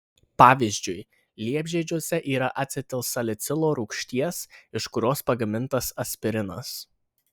pavyzdžiui liepžiedžiuose yra acetilsalicilo rūgšties iš kurios pagamintas aspirinas